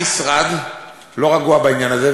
המשרד לא רגוע בעניין הזה,